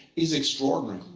is extraordinary.